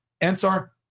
Ansar